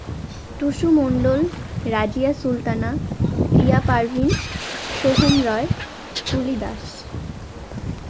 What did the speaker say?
Tusu Mondal Razia Sultana Riya Parveen Soham Roy Tuli Das